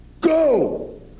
go